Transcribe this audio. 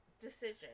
decision